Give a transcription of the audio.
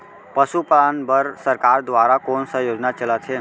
पशुपालन बर सरकार दुवारा कोन स योजना चलत हे?